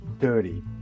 dirty